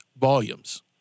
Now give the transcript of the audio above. volumes